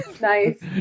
Nice